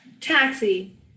Taxi